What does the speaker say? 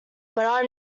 but